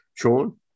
Sean